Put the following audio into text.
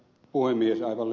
aivan lyhyesti